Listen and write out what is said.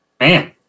man